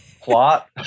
plot